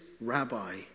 rabbi